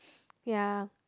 ya